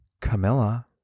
Camilla